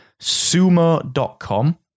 sumo.com